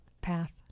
path